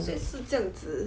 所以是这样子